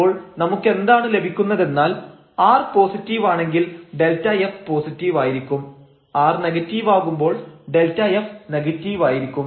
അപ്പോൾ നമുക്കെന്താണ് ലഭിക്കുന്നതെന്നാൽ r പോസിറ്റീവ് ആണെങ്കിൽ Δf പോസിറ്റീവായിരിക്കും r നെഗറ്റീവ് ആകുമ്പോൾ Δf നെഗറ്റീവായിരിക്കും